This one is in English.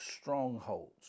strongholds